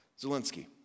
Zelensky